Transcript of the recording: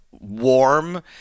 warm